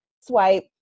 Swipe